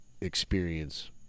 experience